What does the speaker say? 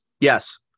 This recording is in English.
Yes